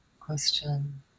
Question